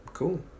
cool